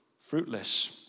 fruitless